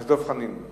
אז דב חנין.